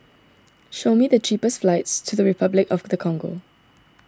show me the cheapest flights to Repuclic of the Congo